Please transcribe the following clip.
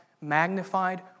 magnified